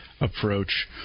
approach